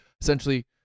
essentially